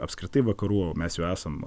apskritai vakarų mes jau esam